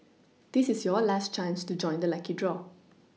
this is your last chance to join the lucky draw